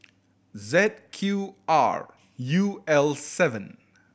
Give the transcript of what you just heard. Z Q R U L seven